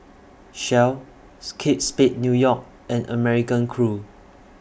Shells Kate Spade New York and American Crew